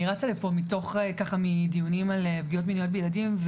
אני רצה לפה מדיונים על פגיעות מיניות בילדים,